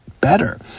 better